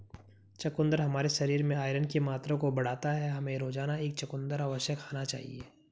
चुकंदर हमारे शरीर में आयरन की मात्रा को बढ़ाता है, हमें रोजाना एक चुकंदर अवश्य खाना चाहिए